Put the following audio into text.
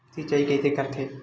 सिंचाई कइसे करथे?